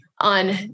On